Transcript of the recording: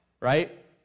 right